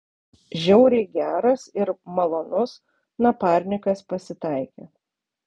žiauriai geras ir malonus naparnikas pasitaikė